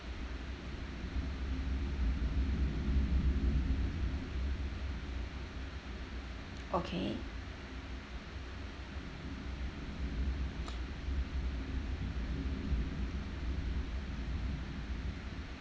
okay